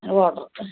order